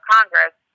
Congress